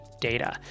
data